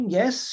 yes